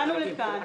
באנו לכאן,